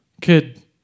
kid